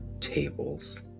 tables